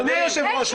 אדוני היושב-ראש,